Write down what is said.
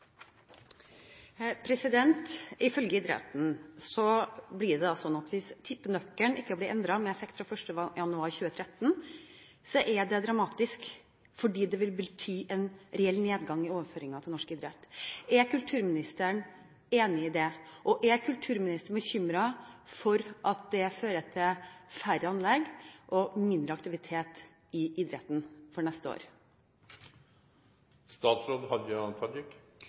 statsbudsjettet. Ifølge idretten blir det, hvis tippenøkkelen ikke blir endret med effekt fra 1. januar 2013, dramatisk, fordi det vil bety en reell nedgang i overføringene til norsk idrett. Er kulturministeren enig i det? Er kulturministeren bekymret for at det vil føre til færre anlegg og mindre aktivitet i idretten neste år?